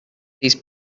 these